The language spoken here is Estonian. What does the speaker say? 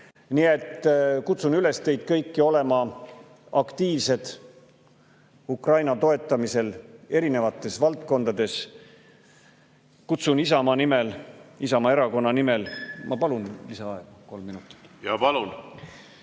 Nii et kutsun üles teid kõiki olema aktiivsed Ukraina toetamisel erinevates valdkondades. Kutsun Isamaa Erakonna nimel … Ma palun lisaaega kolm minutit. Jaa, palun!